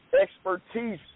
expertise